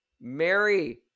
Mary